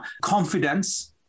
confidence